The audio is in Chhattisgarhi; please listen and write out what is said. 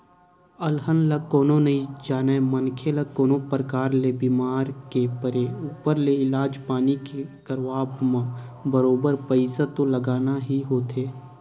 अलहन ल कोनो नइ जानय मनखे ल कोनो परकार ले बीमार के परे ऊपर ले इलाज पानी के करवाब म बरोबर पइसा तो लगना ही होथे